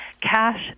Cash